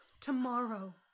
Tomorrow